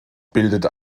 bildet